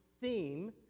theme